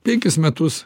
penkis metus